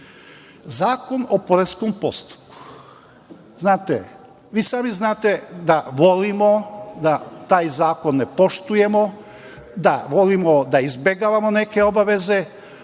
o poreskom postupku. Vi sami znate da volimo da taj zakon ne poštujemo, da volimo da izbegavamo neke obaveze,